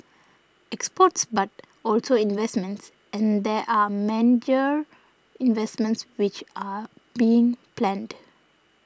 exports but also investments and there are major investments which are being planned